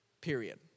period